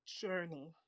journey